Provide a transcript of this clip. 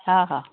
ହଁ ହଁ